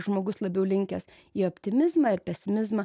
žmogus labiau linkęs į optimizmą ar pesimizmą